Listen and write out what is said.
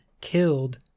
killed